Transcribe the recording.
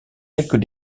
quelques